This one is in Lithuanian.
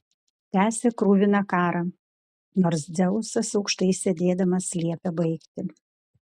tęsė kruviną karą nors dzeusas aukštai sėdėdamas liepė baigti